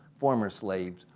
former slaves,